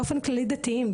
באופן כללי שהם דתיים.